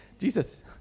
Jesus